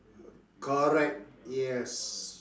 correct yes